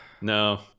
No